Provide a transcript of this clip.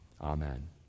Amen